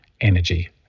energy